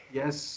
yes